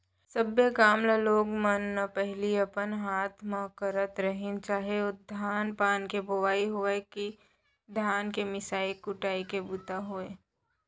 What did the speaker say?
सब्बे काम ल लोग मन न पहिली अपने हाथे म करत रहिन चाह धान पान के बोवई होवय कि धान के मिसाय कुटवाय के बूता होय